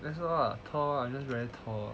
that's all lah tall ah just very tall